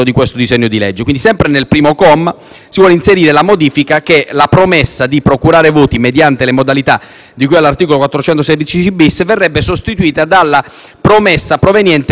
si intende inserire la modifica che la promessa di procurare voti mediante le modalità di cui all'articolo 416-*bis* del codice penale verrebbe sostituita dalla promessa proveniente da soggetti la cui appartenenza alle associazioni